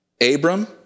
Abram